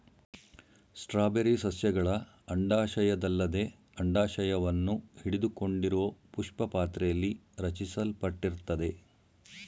strawberry ಸಸ್ಯಗಳ ಅಂಡಾಶಯದಲ್ಲದೆ ಅಂಡಾಶವನ್ನು ಹಿಡಿದುಕೊಂಡಿರೋಪುಷ್ಪಪಾತ್ರೆಲಿ ರಚಿಸಲ್ಪಟ್ಟಿರ್ತದೆ